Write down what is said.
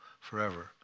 forever